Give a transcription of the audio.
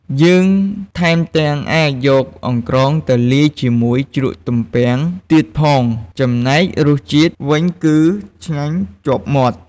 យើងថែមទាំងអាចយកអង្រ្កងទៅលាយជាមួយជ្រក់ទំពាំងទៀតផង ចំណែករសជាតិវិញគឺឆ្ងាញ់ជាប់មាត់។